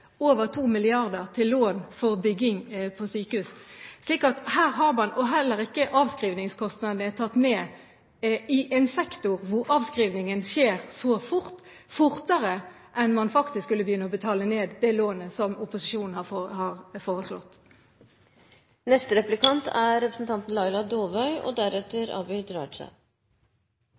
over 2 mrd. kr til lån for bygging på sykehus. Heller ikke avskrivningskostnadene er tatt med i en sektor hvor avskrivningen skjer så fort, fortere enn om man faktisk skulle begynne å betale ned det lånet som opposisjonen har foreslått. Regjeringspartiene sier i innstillingen at de er enig med regjeringen i at forslagene fra Hagen-utvalget om innovasjon og